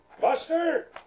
Buster